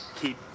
keep